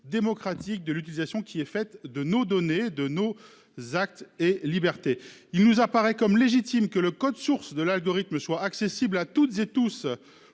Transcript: démocratique de l'utilisation qui est faite de nos données de nos actes et liberté. Il nous apparaît comme légitime que le code source de l'algorithme soit accessible à toutes et tous